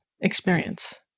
experience